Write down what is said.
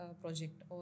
Project